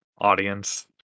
audience